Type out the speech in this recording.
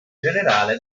generale